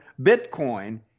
Bitcoin